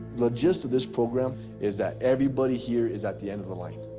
the gist of this program is that everybody here is at the end of the line.